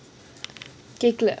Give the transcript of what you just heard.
கேக்கல:keakla